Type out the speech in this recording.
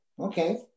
Okay